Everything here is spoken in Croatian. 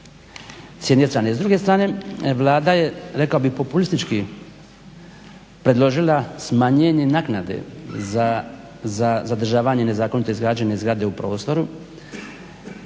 s jedne strane. S druge strane Vlada je rekao bih populistički predložila smanjenje naknade za zadržavanje nezakonito izgrađene zgrade u prostoru